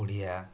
Odia